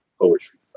poetry